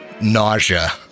nausea